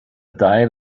diet